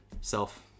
self